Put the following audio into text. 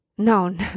No